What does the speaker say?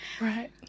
Right